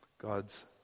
God's